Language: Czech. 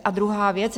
A druhá věc.